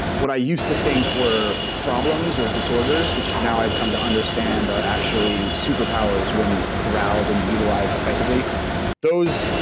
what i used to think were problems or disorders, which now i've come to understand are actually super powers when corralled and utilized effectively those,